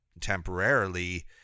temporarily